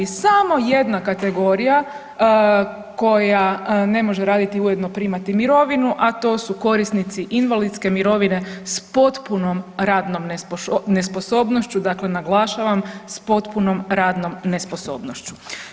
Samo jedna kategorija koja ne može raditi i ujedno primati mirovinu, a to su korisnici invalidske mirovine s potpunom radnom nesposobnošću, dakle naglašavam s potpunom radnom nesposobnošću.